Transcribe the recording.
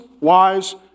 wives